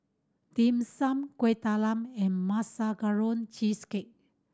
Dim Sum Kueh Talam and Marshmallow Cheesecake